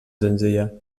senzilla